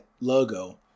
logo